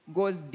goes